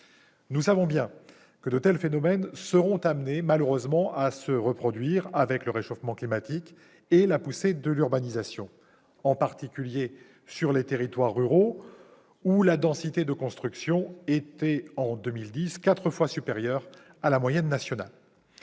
nous savons bien que de tels phénomènes sont malheureusement appelés à se reproduire, avec le réchauffement climatique et la poussée de l'urbanisation, en particulier sur les territoires littoraux où la densité de construction était, en 2010, quatre fois supérieure à la moyenne nationale.